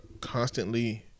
constantly